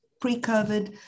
Pre-COVID